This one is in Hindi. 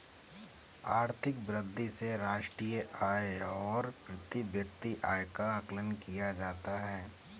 आर्थिक वृद्धि से राष्ट्रीय आय और प्रति व्यक्ति आय का आकलन किया जाता है